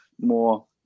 more